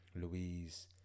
louise